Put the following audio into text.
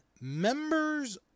Members